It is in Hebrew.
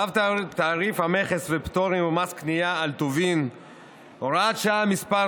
צו תעריף המכס והפטורים ומס קנייה על טובין (הוראת שעה מס'